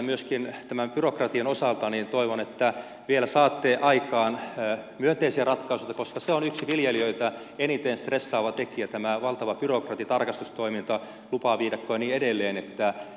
myöskin tämän byrokratian osalta toivon että vielä saatte aikaan myönteisiä ratkaisuja koska se on viljelijöitä eniten stressaava tekijä tämä valtava byrokratia tarkastustoiminta lupaviidakko ja niin edelleen on yksi viljelijöitä eniten stressaava tekijä